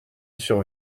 sur